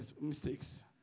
mistakes